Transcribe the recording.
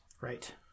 Right